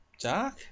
dark